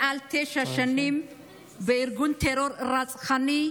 המוחזק מעל תשע שנים בארגון טרור רצחני,